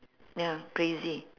ya crazy